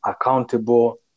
accountable